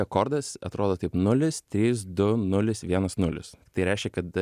akordas atrodo taip nulis trys du nulis vienas nulis tai reiškia kad